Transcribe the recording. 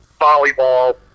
volleyball